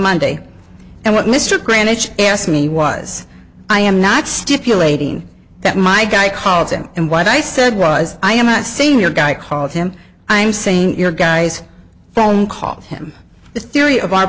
monday and what mr grant each asked me was i am not stipulating that my guy called him and what i said was i am a senior guy called him i'm saying your guys don't call him the theory of our